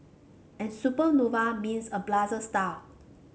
and supernova means a blazing star